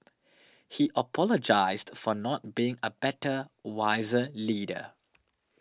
he apologised for not being a better wiser leader